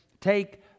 take